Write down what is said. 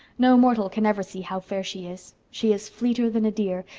no mortal can ever see how fair she is. she is fleeter than a deer,